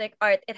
art